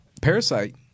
Parasite